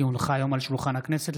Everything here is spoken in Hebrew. כי הונחה היום על שולחן הכנסת,